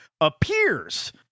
appears